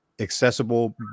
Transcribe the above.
accessible